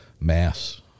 mass